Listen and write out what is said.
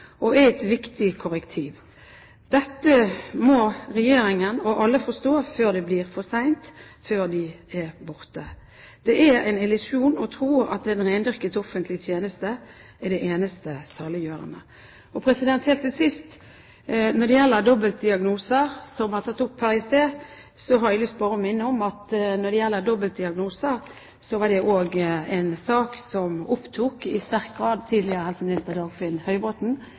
og er et viktig korrektiv. Dette må Regjeringen og alle forstå før det blir for sent, før de er borte. Det er en illusjon å tro at en rendyrket offentlig tjeneste er det eneste saliggjørende. Helt til sist: Når det gjelder dobbeltdiagnoser, som ble tatt opp her i stad, har jeg bare lyst til å minne om at det var en sak som i sterk grad opptok tidligere helseminister